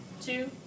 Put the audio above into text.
two